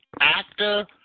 actor